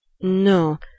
No